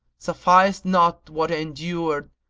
sufficed not what i endured,